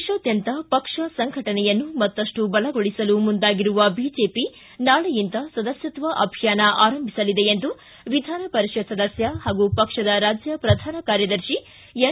ದೇಶಾದ್ಯಂತ ಪಕ್ಷ ಸಂಘಟನೆಯನ್ನು ಮತ್ತಷ್ಟು ಬಲಗೊಳಿಸಲು ಮುಂದಾಗಿರುವ ಬಿಜೆಪಿ ನಾಳೆಯಿಂದ ಸದಸ್ವತ್ತ ಅಭಿಯಾನ ಆರಂಭಿಸಲಿದೆ ಎಂದು ವಿಧಾನ ಪರಿಷತ್ ಸದಸ್ಕ ಹಾಗೂ ಪಕ್ಷದ ರಾಜ್ಯ ಪ್ರಧಾನ ಕಾರ್ಯದರ್ಶಿ ಎನ್